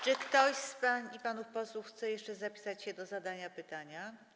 Czy ktoś z pań i panów posłów chce jeszcze zapisać się do zadania pytania?